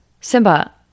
Simba